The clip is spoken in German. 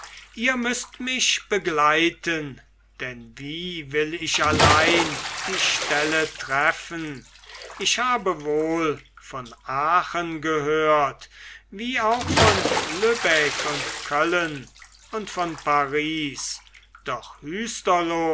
ihr müßt mich begleiten denn wie will ich allein die stelle treffen ich habe wohl von aachen gehört wie auch von lübeck und köllen und von paris doch